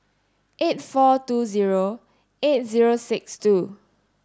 eight four two zero eight zero six two